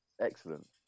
Excellent